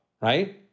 right